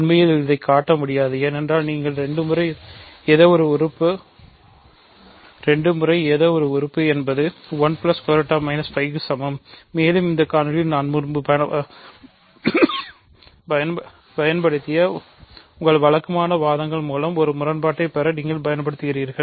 உண்மையில் இதைக் காட்ட முடியாது ஏனென்றால் நீங்கள் 2 முறை ஏதோ ஒரு உறுப்பு என்பது 1 ✓ 5 க்கு சமம் மேலும் இந்த காணொளியில் நாம் முன்பு பயன்படுத்திய உங்கள்வழக்கமான வாதங்கள் மூலம் ஒரு முரண்பாட்டைப் பெற நீங்கள் பயன்படுத்துகிறீர்கள்